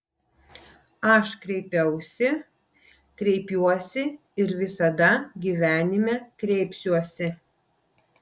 aš kreipiausi kreipiuosi ir visada gyvenime kreipsiuosi